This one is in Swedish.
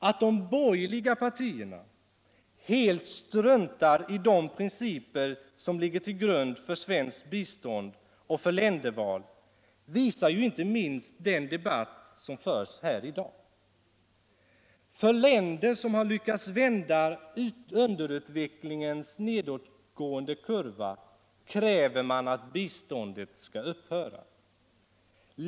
Att de borgerliga partierna helt struntar i de principer som ligger till grund för svenskt bistånd och för länderval visar ju inte minst den debatt som förs här i dag. För länder som har lyckats vända underutvecklingens nedåtgående kurva kräver man att biståndet skall upphöra.